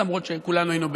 למרות שכולנו היינו,